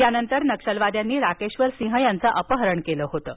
यानंतर नक्षलवाद्यांनी राकेश्वर सिंह यांचं अपहरण केलं होतं